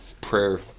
prayer